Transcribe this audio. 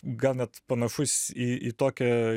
gal net panašus į į tokią